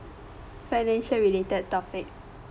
financial related topic